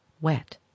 wet